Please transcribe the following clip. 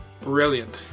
Brilliant